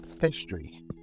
history